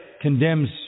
condemns